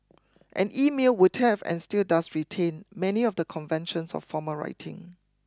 and email would have and still does retain many of the conventions of formal writing